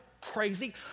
crazy